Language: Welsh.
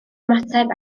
ymateb